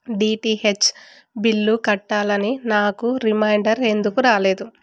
DTH bill కట్టాలని నాకు reminder ఎందుకు రాలేదు